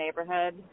neighborhood